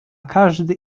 każdy